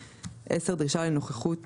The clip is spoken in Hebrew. (10) דרישה לנוכחות